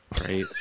right